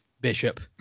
Bishop